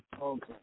Okay